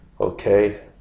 okay